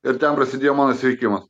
ir ten prasidėjo mano sveikimas